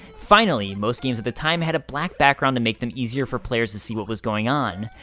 finally, most games at the time had a black background to make them easier for players to see what was going on.